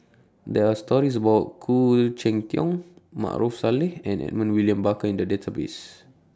There Are stories about Khoo Cheng Tiong Maarof Salleh and Edmund William Barker in The Database